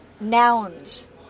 nouns